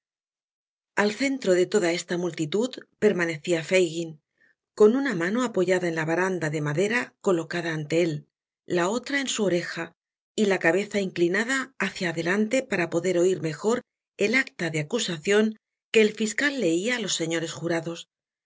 al centro de toda esta multitud permanecia fagin con una mano apoyada en la baranda de madera colocada ante él la otra en su oreja y la cabeza inclinada hacia adelante para poder oir mejor el acta de acusacion que el fiscal leia á los señores jurados